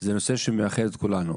זה נושא שמאחד את כולנו,